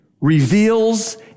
reveals